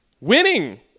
Winning